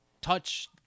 touch